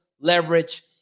leverage